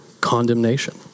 condemnation